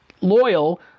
loyal